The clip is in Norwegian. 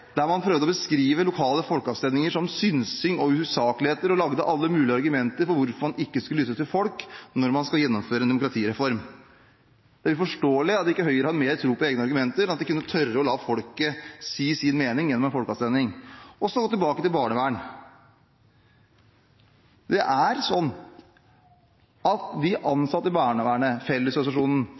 der man prøvde å beskrive lokale folkeavstemninger som synsing og usakligheter og hadde alle mulige argumenter for hvorfor man ikke skal lytte til folk når man skal gjennomføre en demokratireform. Det er uforståelig at Høyre ikke har mer tro på egne argumenter, slik at de kunne tørre å la folket si sin mening gjennom en folkeavstemning. Så tilbake til barnevern. De ansatte i barnevernet, fra Fellesorganisasjonen, har meldt seg inn i